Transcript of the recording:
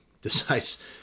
decides